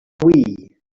wii